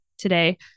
Today